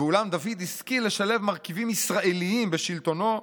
ואולם דוד השכיל לשלב מרכיבים ישראליים בשלטונו,